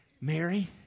Mary